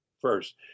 first